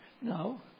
No